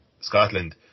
Scotland